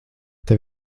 tev